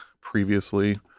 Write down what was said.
previously